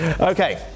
Okay